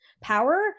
power